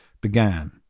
began